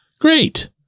Great